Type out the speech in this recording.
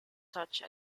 touch